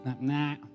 nah